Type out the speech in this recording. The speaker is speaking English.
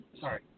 Sorry